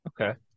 Okay